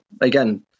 again